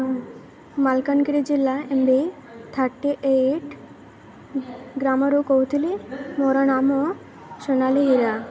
ମାଲକାନଗିରି ଜିଲ୍ଲା M V thirty eight ଗ୍ରାମରୁ କହୁଥିଲି ମୋର ନାମ ସୋନାଲି ହୀରା